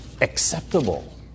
acceptable